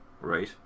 Right